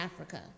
Africa